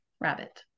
rabbit